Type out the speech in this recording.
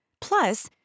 Plus